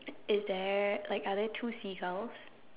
is there like are there two seagulls